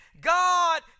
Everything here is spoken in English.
God